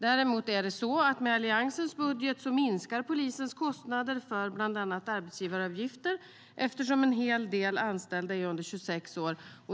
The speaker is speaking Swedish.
Däremot är det så att med Alliansens budget minskar polisens kostnader för bland annat arbetsgivaravgifter, eftersom en hel del anställda är under 26 år.